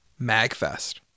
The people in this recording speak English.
Magfest